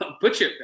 Butcher